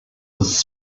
was